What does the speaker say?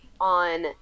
on